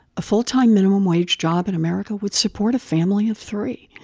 a full-time minimum wage job in america would support a family of three.